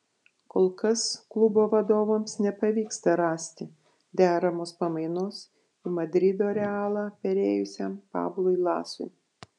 kol kas klubo vadovams nepavyksta rasti deramos pamainos į madrido realą perėjusiam pablui lasui